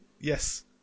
Yes